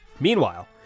Meanwhile